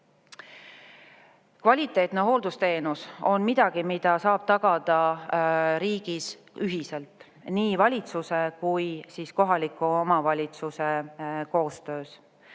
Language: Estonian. Kvaliteetne hooldusteenus on midagi, mida saab tagada riigis ühiselt, valitsuse ja kohaliku omavalitsuse koostöös.